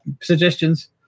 suggestions